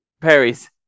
Perry's